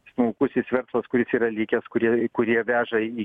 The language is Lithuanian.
smulkusis verslas kuris yra likęs kurie kurie veža į